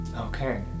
Okay